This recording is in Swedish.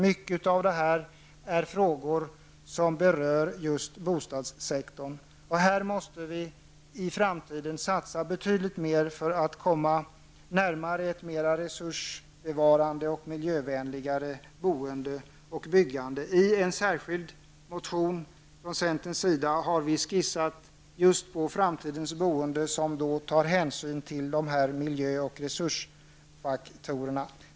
Mycket av detta är frågor som berör just bostadssektorn. Här måste vi i framtiden satsa betydligt mer för att komma närmare ett mer resursbevarande och miljövänligare boende och byggande. I en särskild motion från centern har vi skissat på framtidens boende. Där tar vi hänsyn till miljö och resursfaktorerna.